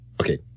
Okay